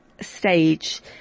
stage